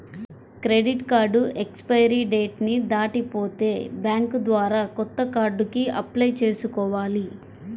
credit card expiry date ని దాటిపోతే bank ద్వారా కొత్త కార్డుకి అప్లై చేసుకోవాలి